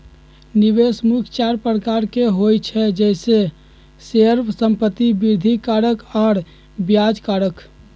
निवेश मुख्य चार प्रकार के होइ छइ जइसे शेयर, संपत्ति, वृद्धि कारक आऽ ब्याज कारक